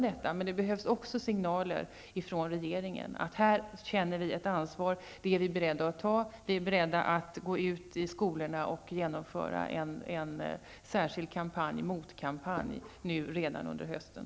Det behövs också signaler från regeringen, att regeringen känner ett ansvar som man är beredd att ta och att man är beredd att gå ut i skolorna och genomföra en särskild motkampanj redan under hösten.